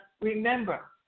remember